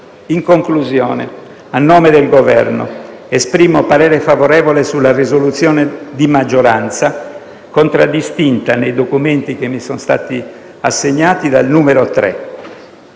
In conclusione, a nome del Governo esprimo parere favorevole sulla risoluzione di maggioranza, contraddistinta, nei documenti che mi sono stati consegnati, dal numero 3.